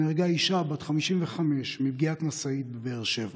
נהרגה אישה בת 55 מפגיעת משאית בבאר שבע.